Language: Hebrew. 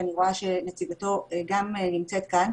שאני רואה שנציגתו גם נמצאת כאן,